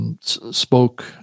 spoke